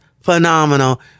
phenomenal